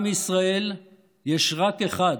עם ישראל יש רק אחד,